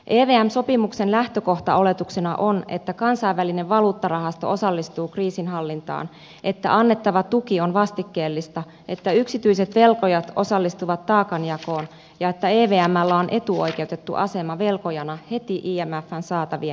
evm sopimuksen lähtökohtaoletuksena on että kansainvälinen valuuttarahasto osallistuu kriisinhallintaan että annettava tuki on vastikkeellista että yksityiset velkojat osallistuvat taakanjakoon ja että evmllä on etuoikeutettu asema velkojana heti imfn saatavien jälkeen